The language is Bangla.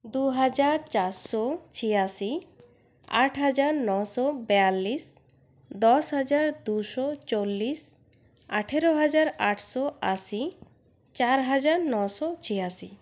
দুহাজার চারশো ছিয়াশি আট হাজার নশো বেয়াল্লিশ দশ হাজার দুশো চল্লিশ আঠেরো হাজার আটশো আশি চার হাজার নশো ছিয়াশি